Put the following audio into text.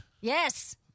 yes